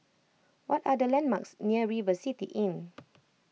what are the landmarks near River City Inn